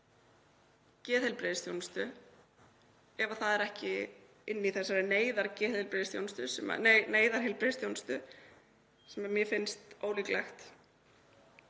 geðheilbrigðisþjónustu, ef hún er ekki inni í þessari neyðarheilbrigðisþjónustu sem mér finnst ólíklegt.